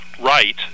right